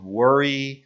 worry